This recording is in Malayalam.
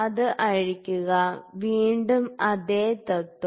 അത് അഴിക്കുക വീണ്ടും അതേ തത്ത്വം